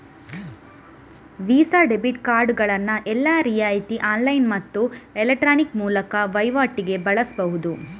visa debit ಕಾರ್ಡುಗಳನ್ನ ಎಲ್ಲಾ ರೀತಿಯ ಆನ್ಲೈನ್ ಮತ್ತು ಎಲೆಕ್ಟ್ರಾನಿಕ್ ಮೂಲದ ವೈವಾಟಿಗೆ ಬಳಸ್ಬಹುದು